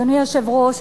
אדוני היושב-ראש,